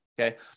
okay